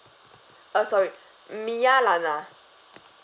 uh sorry mya lana